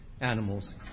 animals